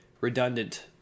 redundant